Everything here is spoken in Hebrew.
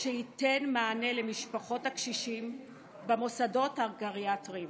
שייתן מענה למשפחות הקשישים במוסדות הגריאטריים.